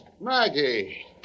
Maggie